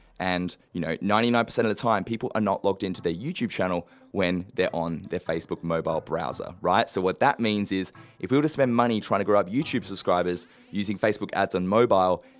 and, you know, ninety nine percent of time, people are not logged into their youtube channel when they're on their facebook mobile browser, right? so, what that means is if we were to spend money trying to grow out youtube subscribers using facebook ads on mobile,